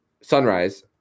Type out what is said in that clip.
Sunrise